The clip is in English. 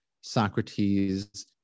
Socrates